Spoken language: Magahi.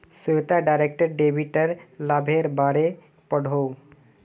श्वेता डायरेक्ट डेबिटेर लाभेर बारे पढ़ोहो